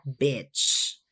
bitch